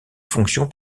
fonction